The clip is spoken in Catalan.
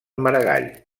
maragall